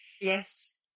Yes